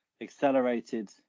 accelerated